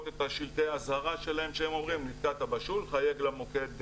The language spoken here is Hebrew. את שלטי האזהרה שלהם שאומרים 'נתקעת בשול חייג למוקד',